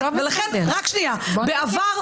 בעבר,